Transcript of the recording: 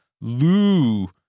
Lou